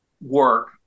work